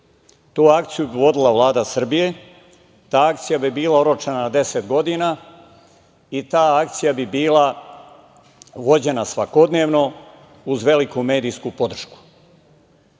Tu akciju bi vodila Vlada Srbije, ta akcija bi bila oročena na deset godina i ta akcija bi bila vođena svakodnevno uz veliku medijsku podršku. Smatram